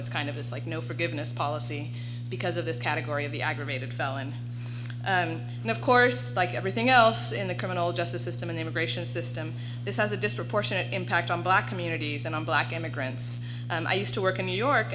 it's kind of this like no forgiveness policy because of this category of the aggravated felony and of course like everything else in the criminal justice system an immigration system this has a disproportionate impact on black communities and on black immigrants and i used to work in new york